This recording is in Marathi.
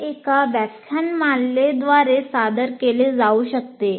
हे एका व्याख्यानमालेद्वारे सादर केले जाऊ शकते